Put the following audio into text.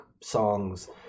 songs